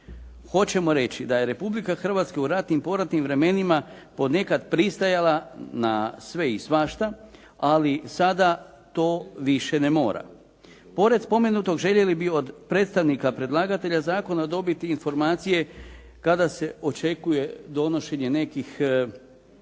Hoćemo reći da je Republika Hrvatska u ratnim poratnim vremenima ponekad pristajala na sve i svašta, ali sada to više ne mora. Pored spomenutog željeli bi od predstavnika predlagatelja zakona dobiti informacije kada se očekuje donošenje nekih